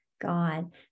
God